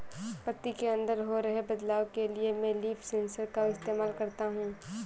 पत्ती के अंदर हो रहे बदलाव के लिए मैं लीफ सेंसर का इस्तेमाल करता हूँ